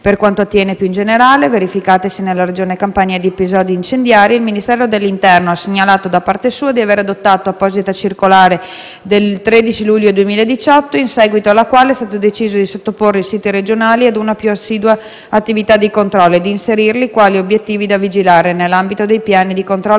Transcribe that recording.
Per quanto attiene, più in generale, il verificarsi nella Regione Campania di episodi incendiari, il Ministero dell'interno ha segnalato, da parte sua, di aver adottato apposita circolare del 13 luglio 2018 in seguito alla quale è stato deciso di sottoporre i siti regionali ad una più assidua attività di controllo e di inserirli, quali obiettivi da vigilare, nell'ambito dei piani di controllo